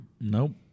Nope